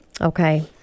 Okay